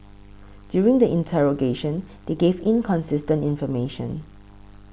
during the interrogation they gave inconsistent information